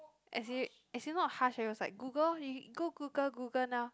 as in as in not harsh eh it was like Google orh you go Google Google now